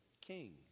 king